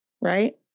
right